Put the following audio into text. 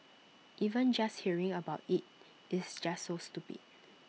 even just hearing about IT is just so stupid